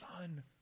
Son